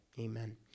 amen